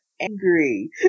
angry